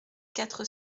quatre